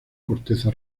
corteza